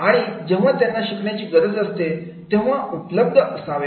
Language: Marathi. आणि जेव्हा त्यांना शिकण्याची गरज असते तेव्हा उपलब्ध असावे